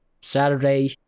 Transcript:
Saturday